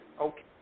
okay